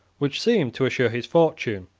which seemed to assure his fortune,